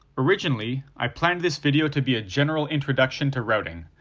originally, i planned this video to be a general introduction to routing,